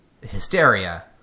hysteria